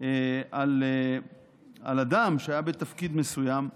על אדם שהיה בתפקיד מסוים להיבחר.